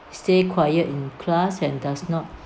stay quiet in class and does not